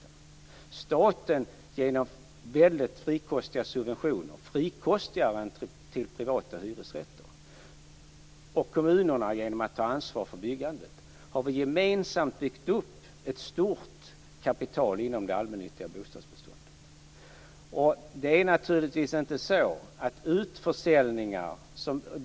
Genom att staten ger väldigt frikostiga subventioner, frikostigare än till privata hyresrätter, och genom att kommunerna tar ansvar för byggandet har vi gemensamt byggt upp ett stort kapital inom det allmännyttiga bostadsbeståndet.